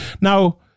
Now